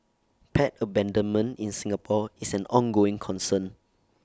pet abandonment in Singapore is an ongoing concern